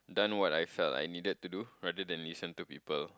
done what I felt I needed to do rather than listen to people